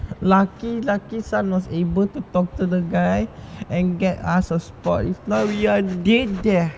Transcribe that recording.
lucky lucky sun was able to talk to the guy and get us a spot if not we are dead uh